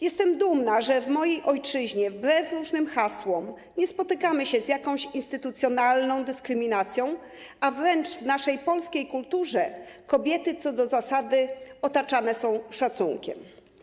Jestem dumna, że w mojej ojczyźnie, wbrew różnym hasłom, nie spotykamy się z jakąś instytucjonalną dyskryminacją, a wręcz w naszej polskiej kulturze kobiety co do zasady otaczane są szacunkiem.